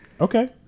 okay